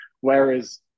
whereas